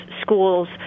schools